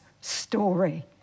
story